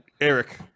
eric